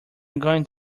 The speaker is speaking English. going